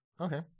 Okay